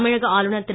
தமிழக ஆளுநர் திரு